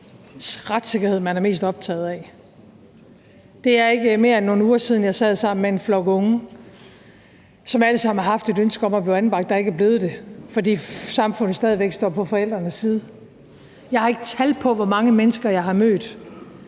retssikkerhed man er mest optaget af? Det er ikke mere end nogle uger siden, jeg sad sammen med en flok unge, som alle sammen havde haft et ønske om at blive anbragt, men som ikke var blevet det, fordi samfundet stadig væk står på forældrenes side. Jeg har ikke tal på, hvor mange mennesker jeg har mødt,